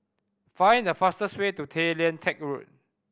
find the fastest way to Tay Lian Teck Road